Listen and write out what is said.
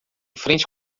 frente